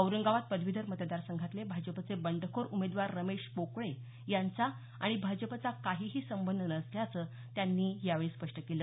औरंगाबाद पदवीधर मतदारसंघातले भाजपचे बंडखोर उमेदवार रमेश पोकळे यांचा आणि भाजपचा काहीही संबंध नसल्याचं त्यांनी यावेळी स्पष्ट केलं